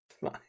Fine